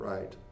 Right